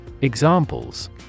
Examples